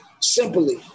Simply